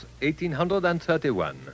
1831